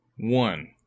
one